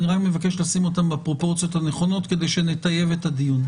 אני רק מבקש לשים אותם בפרופורציות נכונות כדי שנטייב את הדיון.